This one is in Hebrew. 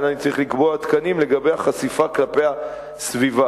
לכן אני צריך לקבוע תקנים לגבי החשיפה כלפי הסביבה.